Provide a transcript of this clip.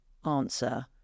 answer